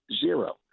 Zero